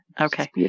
Okay